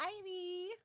Ivy